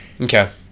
Okay